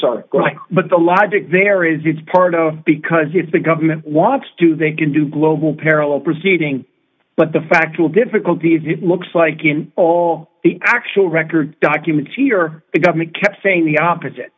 sorry but the logic there is it's part of because if the government wants to they can do global parallel proceeding but the factual difficulty is it looks like in all the actual record documents here the government kept saying the opposite